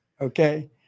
okay